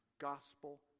gospel